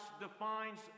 defines